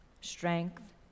strength